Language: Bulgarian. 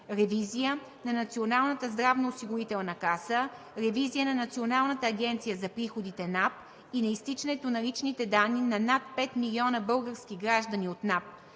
ревизия на Националната здравноосигурителна каса; ревизия на Националната агенция за приходите (НАП) и на изтичането на личните данни на над 5 милиона български граждани от НАП;